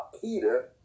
Peter